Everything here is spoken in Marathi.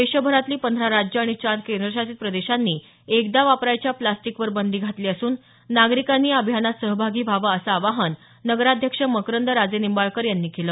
देशभरातली पंधरा राज्यं आणि चार केंद्रशासित प्रदेशांनी एकदा वापरायाच्या प्लास्टिक वर बंदी घातली असून नागरिकांनीही या अभियानात सहभागी व्हावं असं आवाहन नगराध्यक्ष मकरंद राजेनिंबाळकर यांनी यावेळी केलं